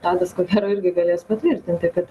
tadas ko gero irgi galės patvirtinti kad